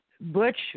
Butch